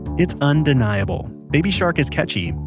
it's undeniable, baby shark is catchy,